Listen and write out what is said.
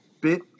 bit